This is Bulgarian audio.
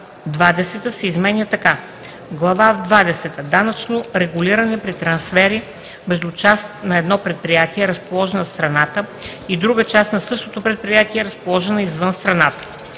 – Данъчно регулиране при трансфери между част на едно предприятие, разположена в страната, и друга част на същото предприятие, разположена извън страната.“